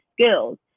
skills